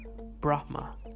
Brahma